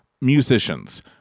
musicians